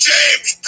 James